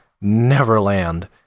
Neverland